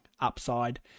upside